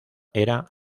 era